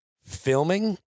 filming